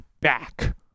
back